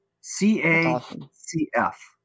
C-A-C-F